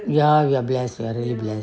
ya we are blessed very blessed